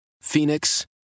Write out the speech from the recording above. Phoenix